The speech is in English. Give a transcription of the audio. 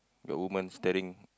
the woman staring